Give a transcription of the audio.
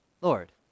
Lord